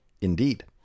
Indeed